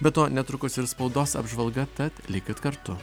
be to netrukus ir spaudos apžvalga tad likit kartu